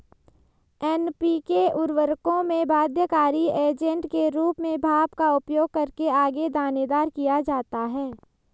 NPK उर्वरकों में बाध्यकारी एजेंट के रूप में भाप का उपयोग करके आगे दानेदार किया जाता है